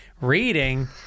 reading